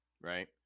right